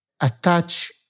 attach